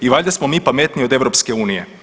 I valjda smo mi pametniji od EU.